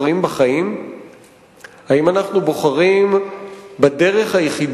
אני עובר היום בכביש 6,